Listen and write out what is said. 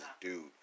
dude